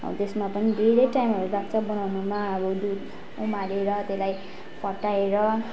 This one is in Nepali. त्यसमा पनि धेरै टाइमहरू लाग्छ बनाउनुमा अब दुध उमालेर त्यसलाई फटाएर